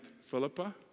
Philippa